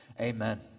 amen